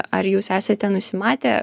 ar jūs esate nusimatę